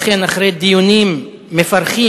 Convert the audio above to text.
לכן אחרי דיונים מפרכים,